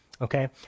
okay